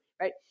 right